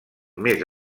més